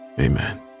Amen